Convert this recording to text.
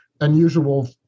unusual